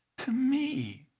to me,